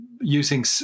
using